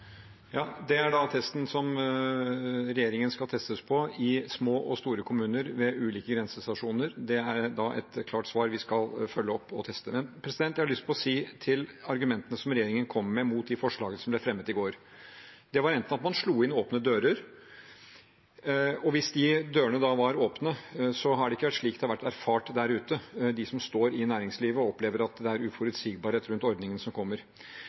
Ja, det er da testen som regjeringen skal testes på i små og store kommuner ved ulike grensestasjoner. Det er da et klart svar – vi skal følge opp og teste. Jeg har lyst til å si til argumentene som regjeringen kom med mot de forslagene som ble fremmet i går, som var enten at man slo inn åpne dører – og hvis de dørene var åpne, er det ikke slik det har vært erfart der ute, de som står i næringslivet, opplever at det er uforutsigbarhet rundt ordningene som kommer